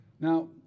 Now